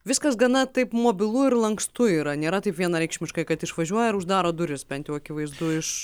viskas gana taip mobilu ir lankstu yra nėra taip vienareikšmiškai kad išvažiuoja ir uždaro duris bent jau akivaizdu iš